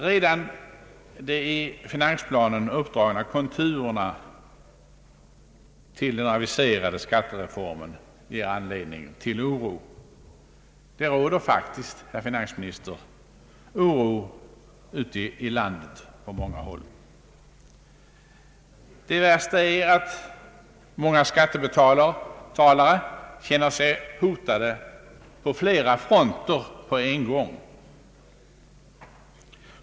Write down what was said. Redan de i finansplanen uppdragna konturerna till den aviserade skattereformen ger anledning till oro. Det råder faktiskt, herr finansminister, oro på många håll ute i landet. Det värsta är att många skattebetalare känner sig hotade på flera fronter på en gång.